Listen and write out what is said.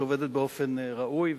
שעובדת באופן ראוי ומטפלת.